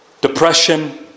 depression